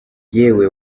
yewe